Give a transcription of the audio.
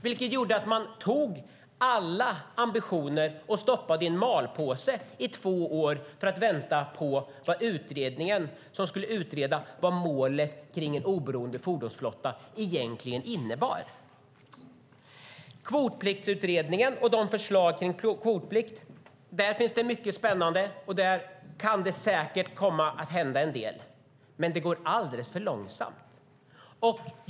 Det gjorde att man tog alla ambitioner och stoppade i en malpåse i två år, för att vänta på utredningen som skulle utreda vad målet kring en oberoende fordonsflotta egentligen innebar. När det gäller kvotpliktsutredningen och förslagen kring kvotplikt finns det mycket spännande där, och där kan det säkert komma att hända en del. Det går dock alldeles för långsamt.